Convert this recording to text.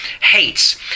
hates